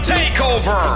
Takeover